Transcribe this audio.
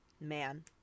Man